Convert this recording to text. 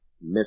miss